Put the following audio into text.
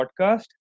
podcast